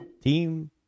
team